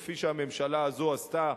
כפי שהממשלה הזו עשתה,